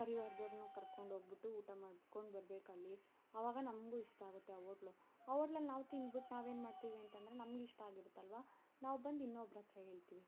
ಪರಿವಾರದವ್ರನ್ನೂ ಕರ್ಕೊಂಡು ಹೋಗಿಬಿಟ್ಟು ಊಟ ಮಾಡ್ಕೊಂಡು ಬರಬೇಕಲ್ಲಿ ಆವಾಗ ನಮಗೂ ಇಷ್ಟ ಆಗುತ್ತೆ ಆ ಹೋಟ್ಲು ಆ ಹೋಟ್ಲಲ್ಲಿ ನಾವು ತಿಂದ್ಬಿಟ್ಟು ನಾವು ಏನು ಮಾಡ್ತೀವಿ ಅಂತಂದರೆ ನಮಗಿಷ್ಟ ಆಗಿರುತ್ತಲ್ವಾ ನಾವು ಬಂದು ಇನ್ನೊಬ್ರ ಹತ್ರ ಹೇಳ್ತೀವಿ